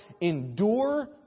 endure